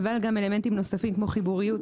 אבל גם אלמנטים נוספים כמו חיבוריות,